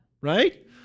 right